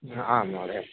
आं महोदय